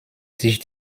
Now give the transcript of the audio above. sich